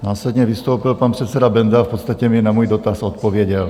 Následně vystoupil pan předseda Benda a v podstatě mi na můj dotaz odpověděl.